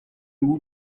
rude